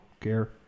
care